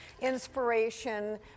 inspiration